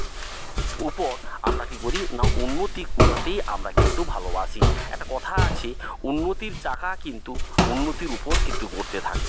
উপর আমরা কী করি না উন্নতি করাতেই আমরা কিন্তু ভালোবাসি একটা কথা আছে উন্নতির চাকা কিন্তু উন্নতির উপর কিন্তু গড়তে থাকে